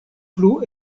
plu